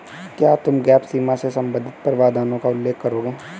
क्या तुम गैप सीमा से संबंधित प्रावधानों का उल्लेख करोगे?